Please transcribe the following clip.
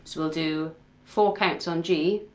so we'll do four counts on g,